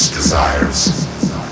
desires